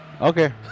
Okay